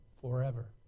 forever